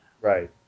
right